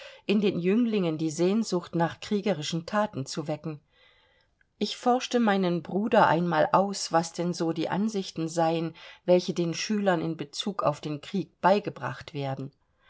in den jünglingen die sehnsucht nach kriegerischen thaten zu wecken ich forschte meinen bruder einmal aus was denn so die ansichten seien welche den schülern in bezug auf den krieg beigebracht werden